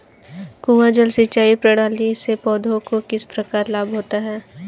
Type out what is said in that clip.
कुआँ जल सिंचाई प्रणाली से पौधों को किस प्रकार लाभ होता है?